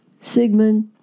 Sigmund